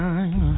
Time